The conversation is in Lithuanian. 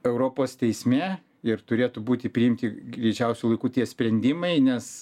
europos teisme ir turėtų būti priimti greičiausiu laiku tie sprendimai nes